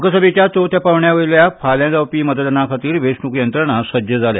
लोकसभेच्या चवथ्या पांवड्या वयल्या फाल्या जावपी मतदाना खातीर वेंचणूक यंत्रणा सज्ज जाल्या